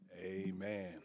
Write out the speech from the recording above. Amen